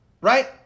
Right